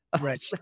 Right